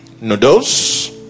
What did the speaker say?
noodles